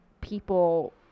people